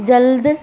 जल्द